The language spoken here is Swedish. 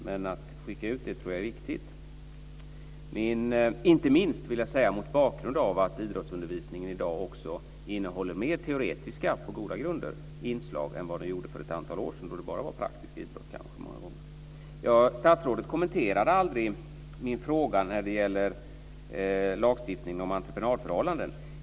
Men jag tror att det är viktigt att skicka ut sådana signaler, inte minst mot bakgrund av att idrottsundervisningen i dag också innehåller mer teoretiska inslag, på goda grunder, än den gjorde för ett antal år sedan, då det kanske många gånger bara var praktisk idrott. Statsrådet kommenterade aldrig min fråga när det gäller lagstiftningen om entreprenadförhållanden.